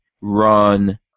run